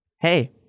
Hey